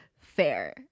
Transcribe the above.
fair